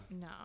no